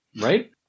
Right